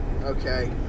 okay